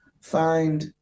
find